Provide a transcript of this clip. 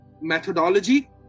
methodology